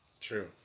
True